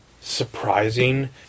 surprising